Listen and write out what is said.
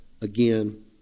again